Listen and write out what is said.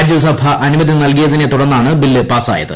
രാജ്യസഭ അനുമതി നൽകിയതിനെ തുടർന്നാണ് ബില്ല് പാസായത്